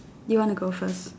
you wanna go first